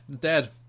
dead